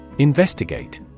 Investigate